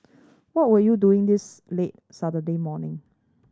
what were you doing this late Saturday morning